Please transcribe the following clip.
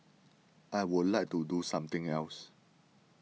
I would like to do something else